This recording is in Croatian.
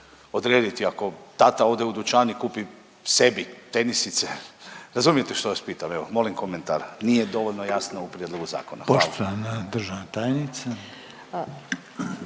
odrediti ako tata ode u dućan i kupi sebi tenisice, razumijete što vas pitam. Evo molim komentar, nije dovoljno jasno u prijedlogu zakona. Hvala.